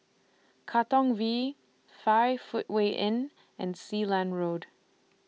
Katong V five Footway Inn and Sealand Road